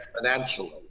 exponentially